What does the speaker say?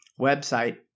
website